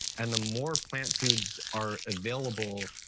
and the more plant foods are available,